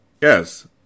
Yes